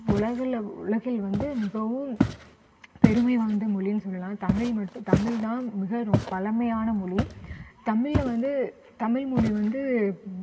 உலகில் உலகில் வந்து மிகவும் பெருமை வாய்ந்த மொழி சொல்லலாம் தமிழ் மட்டும் தமிழ் தான் மிக ரொம்ப பழமையான மொழி தமிழில் வந்து தமிழ் மொழி வந்து